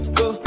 go